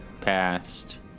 past